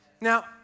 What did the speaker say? Now